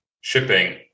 shipping